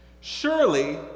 Surely